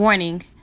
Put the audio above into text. Warning